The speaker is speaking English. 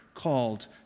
Called